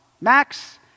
Max